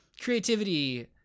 creativity